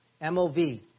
M-O-V